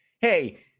hey